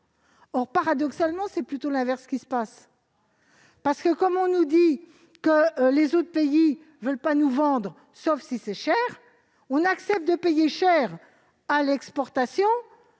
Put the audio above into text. Or, paradoxalement, c'est plutôt l'inverse qui se passe : comme on nous dit que les autres pays ne veulent pas nous vendre à moins de nous vendre cher, nous acceptons de payer cher à l'importation